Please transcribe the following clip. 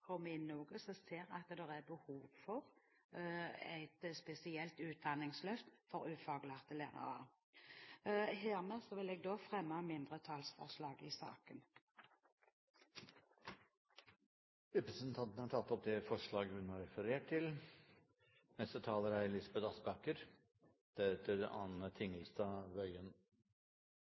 som ser at det er behov for et spesielt utdanningsløft for ufaglærte lærere. Hermed vil jeg fremme mindretallsforslaget i saken, fra Fremskrittspartiet, Høyre, Kristelig Folkeparti og Venstre. Representanten Bente Thorsen har tatt opp det forslaget hun refererte til.